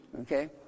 Okay